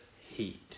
heat